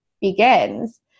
begins